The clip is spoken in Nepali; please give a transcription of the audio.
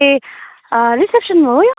ए रिसेप्सनमा हो यो